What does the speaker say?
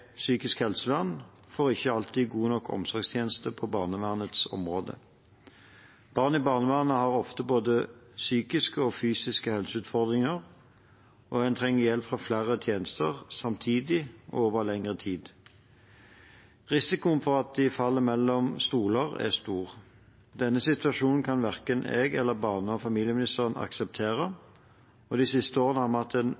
psykisk helsevern får ikke alltid gode nok omsorgstjenester på barnevernets område. Barn i barnevernet har ofte både psykiske og fysiske helseutfordringer, og mange trenger hjelp fra flere tjenester – samtidig og over lengre tid. Risikoen for at de faller mellom stoler, er stor. Denne situasjonen kan verken jeg eller barne- og familieministeren akseptere, og de siste årene har vi hatt en